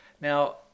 Now